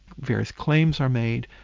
various claims are made.